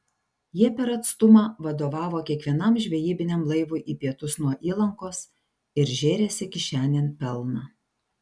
jie per atstumą vadovavo kiekvienam žvejybiniam laivui į pietus nuo įlankos ir žėrėsi kišenėn pelną